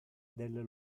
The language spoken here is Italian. delle